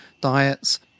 diets